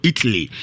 Italy